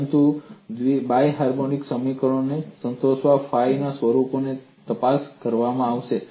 પરંતુ દ્વિ હાર્મોનિક સમીકરણને સંતોષતા ફાઈના સ્વરૂપોની તપાસ કરવામાં આવશે